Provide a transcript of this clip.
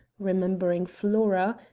remembering flora,